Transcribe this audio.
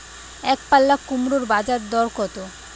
একপাল্লা কুমড়োর বাজার দর কত?